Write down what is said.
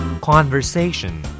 Conversation